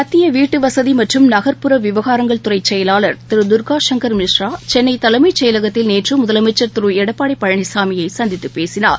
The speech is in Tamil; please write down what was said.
மத்தியவீட்டுவசதிமற்றும் நகர்ப்புற விவகாரங்கள் துறைசெயலாளர் திருதர்கா சங்கர் மிஸ்ரா சென்னைதலைமைச் செயலகத்தில் நேற்றுமுதலமைச்சர் திருளடப்பாடிபழனிசாமியைசந்தித்துப் பேசினார்